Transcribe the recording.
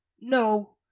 No